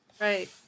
right